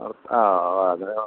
ഓ ആ ഓ അത് ഓ